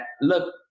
look